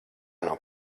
nav